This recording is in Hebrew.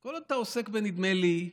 כל עוד אתה עוסק ב"נדמה לי"